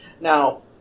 Now